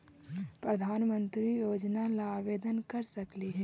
प्रधानमंत्री योजना ला आवेदन कर सकली हे?